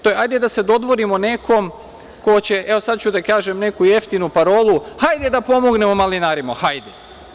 Hajde da se dodvorimo nekom ko će, evo, sad ću da kažem neku jeftinu parolu – hajde da pomognemo malinarima, hajde!